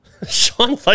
Sean